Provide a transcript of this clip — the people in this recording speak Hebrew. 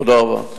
תודה רבה.